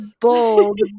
bold